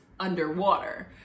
underwater